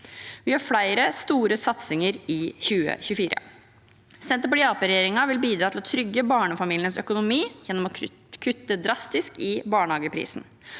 Vi gjør flere store satsinger i 2024. Senterparti– Arbeiderparti-regjeringen vil bidra til å trygge barnefamilienes økonomi gjennom å kutte drastisk i barnehageprisen.